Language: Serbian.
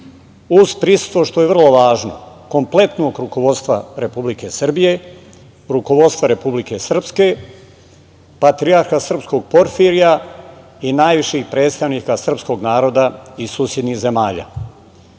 uz prisustvo, što je vrlo važno, kompletnog rukovodstva Republike Srbije, rukovodstva Republike Srpske, patrijarha srpskog Porfirija i najviših predstavnika srpskog naroda i susednih zemalja. Pre